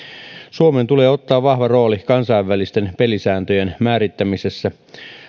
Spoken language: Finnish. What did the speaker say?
suomen tulee ottaa vahva rooli kansainvälisten pelisääntöjen määrittämisessä